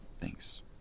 Thanks